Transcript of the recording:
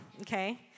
okay